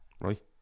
right